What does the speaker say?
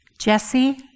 Jesse